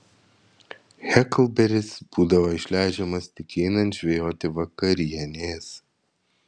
heklberis būdavo išleidžiamas tik einant žvejoti vakarienės